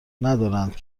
ندارند